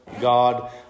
god